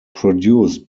produced